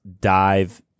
dive